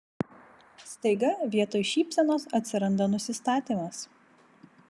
staiga vietoj šypsenos atsiranda nusistatymas